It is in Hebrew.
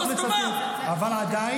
לא צריך לצטט, אבל עדיין.